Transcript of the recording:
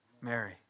Mary